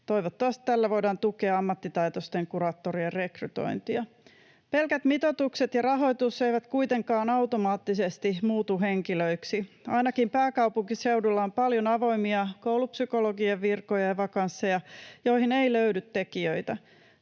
Toivottavasti tällä voidaan tukea ammattitaitoisten kuraattorien rekrytointia. Pelkät mitoitukset ja rahoitus eivät kuitenkaan automaattisesti muutu henkilöiksi. Ainakin pääkaupunkiseudulla on paljon avoimia koulupsykologien virkoja ja vakansseja, joihin ei löydy tekijöitä.